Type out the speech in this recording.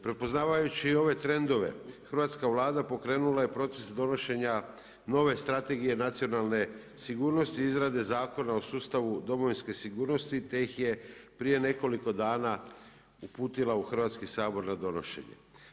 Prepoznavajući i ove trendove hrvatska Vlada pokrenula je proces donošenja nove Strategije nacionalne sigurnosti i izrade Zakona o sustavu domovinske sigurnosti te ih je prije nekoliko dana uputila u Hrvatski sabor na donošenje.